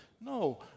No